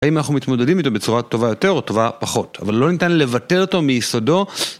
האם אנחנו מתמודדים איתו בצורה טובה יותר או טובה פחות, אבל לא ניתן לוותר אותו מיסודו.